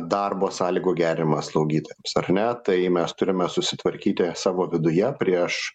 darbo sąlygų gerinimas slaugytojams ar ne tai mes turime susitvarkyti savo viduje prieš